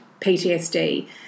PTSD